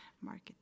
market